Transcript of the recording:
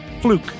Fluke